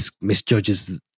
misjudges